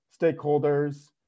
stakeholders